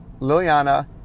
Liliana